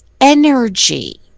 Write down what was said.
energy